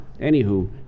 anywho